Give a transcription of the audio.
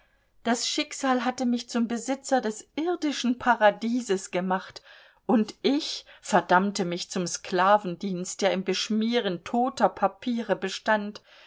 das schicksal hatte mich zum besitzer des irdischen paradieses gemacht und ich verdammte mich zum sklavendienst der im beschmieren toter papiere bestand